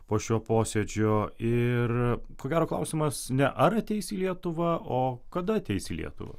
po šio posėdžio ir ko gero klausimas ne ar ateis į lietuvą o kada ateis į lietuvą